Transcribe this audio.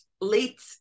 late